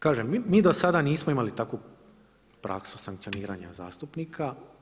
Kažem mi dosada nismo imali takvu praksu sankcioniranja zastupnika.